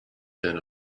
been